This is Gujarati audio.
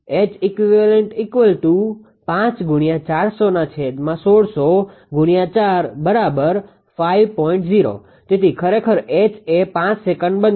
તેથી ખરેખર H એ 5 સેકંડ બનશે